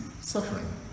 suffering